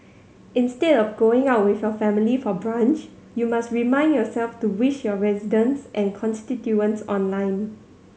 instead of going out with your family for brunch you must remind yourself to wish your residents and constituents online